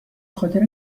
خاطر